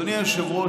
אדוני היושב-ראש,